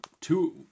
two